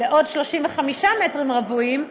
לעוד 35 מטרים רבועים,